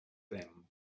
them